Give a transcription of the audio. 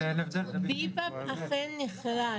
BPAP אכן נכלל.